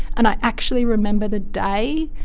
and i actually remember the day,